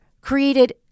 created